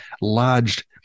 lodged